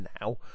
now